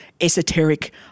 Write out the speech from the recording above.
esoteric